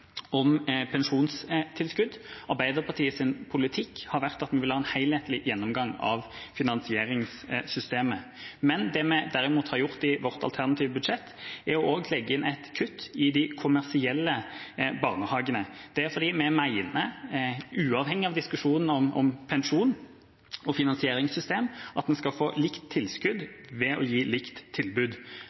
om pensjonstilskudd. Arbeiderpartiets politikk har vært at vi vil ha en helhetlig gjennomgang av finansieringssystemet. Det vi derimot har gjort i vårt alternative budsjett, er å legge inn et kutt i de kommersielle barnehagene. Det er fordi vi mener, uavhengig av diskusjonen om pensjon og finansieringssystem, at en skal få likt tilskudd ved å gi likt tilbud.